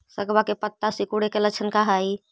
सगवा के पत्तवा सिकुड़े के लक्षण का हाई?